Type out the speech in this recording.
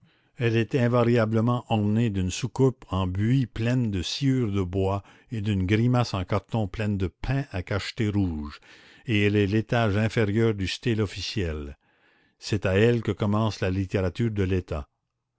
elle est invariablement ornée d'une soucoupe en buis pleine de sciure de bois et d'une grimace en carton pleine de pains à cacheter rouges et elle est l'étage inférieur du style officiel c'est à elle que commence la littérature de l'état